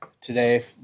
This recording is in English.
today